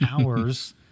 hours